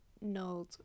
no